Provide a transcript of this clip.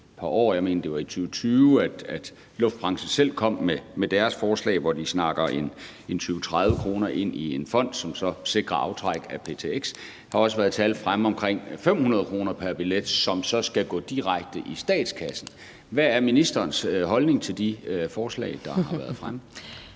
Jeg mener, at det var i 2020, at luftfartsbranchen kom med deres forslag, hvor de taler om, at der pr. billet skal lægges 20-30 kr. i en fond, som sikrer aftrækket af ptx. Der har også været et tal fremme om, at det skal være omkring 500 kr. pr. billet, som så skal gå direkte i statskassen. Hvad er ministerens holdning til de forslag, der har været fremme?